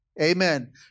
Amen